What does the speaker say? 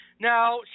Now